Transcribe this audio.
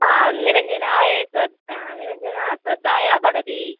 हा निरञ्जना निरञ्जना श्रद्धया पठति